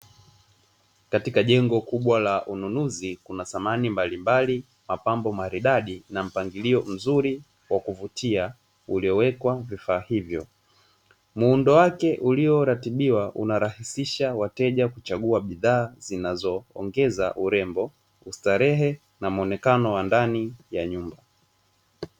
Katika jengo kubwa la ununuzi kuna samani mbalimbali, mapambo maridadi na mpangilio mzuri wa kuvutia uliowekwa vifaa hivyo, muundo wake ulioratibiwa unarahisisha wateja kuchagua bidhaa zianzoongeza urembo, kustarehe na muonekano wa ndani ya nyumba.